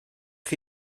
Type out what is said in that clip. chi